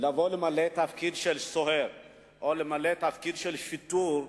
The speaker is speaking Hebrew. למלא תפקיד של סוהר או למלא תפקיד של שיטור,